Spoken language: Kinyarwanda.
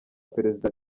perezida